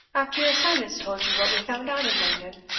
after your son has told you what we found out in london?